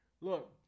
Look